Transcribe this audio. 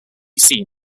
seen